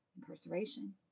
incarceration